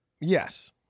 Yes